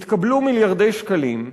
התקבלו מיליארדי שקלים.